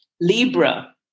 Libra